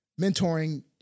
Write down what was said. mentoring